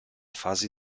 fasi